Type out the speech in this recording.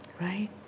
right